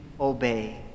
obey